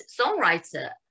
songwriter